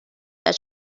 that